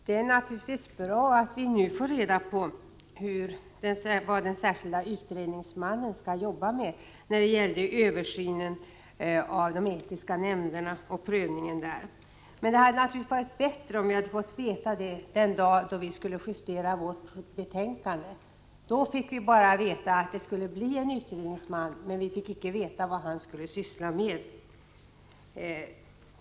Herr talman! Det är bra att vi nu får reda på vad den särskilda utredningsmannen skall arbeta med när det gäller översynen av de etiska nämnderna och prövningen där, men det hade naturligtvis varit bättre om vi hade fått veta det den dag vi skulle justera betänkandet. Då fick vi bara veta att det skulle bli en utredningsman, men vi fick inte veta vad han skulle syssla med.